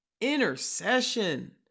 intercession